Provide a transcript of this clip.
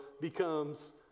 becomes